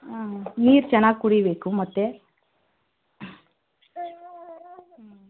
ಆಂ ನೀರು ಚೆನ್ನಾಗಿ ಕುಡಿಬೇಕು ಮತ್ತೆ ಹ್ಞೂಂ